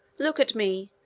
look at me!